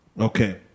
Okay